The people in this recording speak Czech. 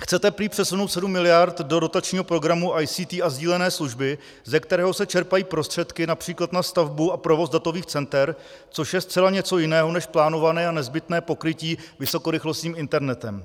Chcete prý přesunout 7 miliard do dotačního programu ICT a sdílené služby, ze kterého se čerpají prostředky například na stavbu a provoz datových center, což je zcela něco jiného než plánované a nezbytné pokrytí vysokorychlostním internetem.